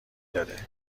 داده